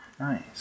Nice